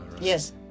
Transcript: Yes